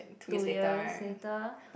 two years later